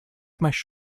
have